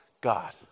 God